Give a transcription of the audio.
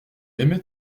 aimait